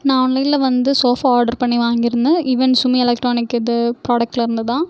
நான் ஆன்லைனில் வந்து சோஃபா ஆர்டரு பண்ணி வாங்கியிருந்தேன் ஈவென் சுமி எலக்ட்ரானிக் இது ப்ராடக்ட்லிருந்துதான்